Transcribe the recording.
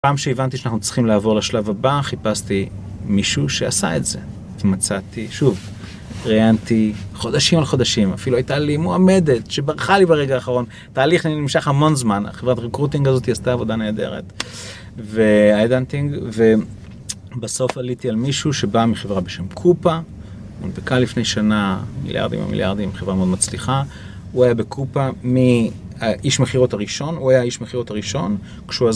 פעם שהבנתי שאנחנו צריכים לעבור לשלב הבא, חיפשתי מישהו שעשה את זה. ומצאתי, שוב, ראיינתי חודשים על חודשים, אפילו הייתה לי מועמדת שברחה לי ברגע האחרון. תהליך נמשך המון זמן, החברת רקרוטינג הזאת עשתה עבודה נהדרת. ובסוף עליתי על מישהו שבא מחברה בשם קופה, הונפקה לפני שנה, מיליארדים על מיליארדים, חברה מאוד מצליחה. הוא היה בקופה, האיש מכירות הראשון, הוא היה האיש מכירות הראשון. כשהוא עז...